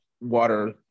water